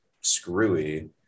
screwy